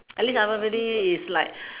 at least everybody is like